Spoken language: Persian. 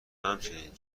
همچین